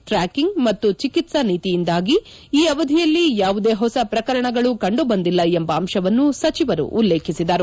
ಟ್ರಾ ್ಚಿಕಿಂಗ್ ಮತ್ತು ಚಿಕಿತ್ಸಾ ನೀತಿಯಿಂದಾಗಿ ಈ ಅವಧಿಯಲ್ಲಿ ಯಾವುದೇ ಹೊಸ ಪ್ರಕರಣಗಳು ಕಂಡುಬಂದಿಲ್ಲ ಎಂಬ ಅಂಶವನ್ನು ಸಚಿವರು ಉಲ್ಲೇಖಿಸಿದರು